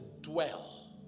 dwell